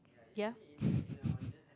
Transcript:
ya